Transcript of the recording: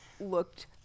looked